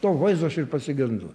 to vaizdo aš ir pasigendu